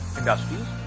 industries